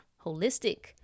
holistic